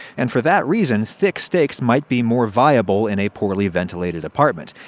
and for that reason, thick steaks might be more viable in a poorly ventilated apartment.